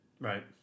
Right